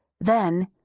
Then—